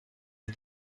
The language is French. les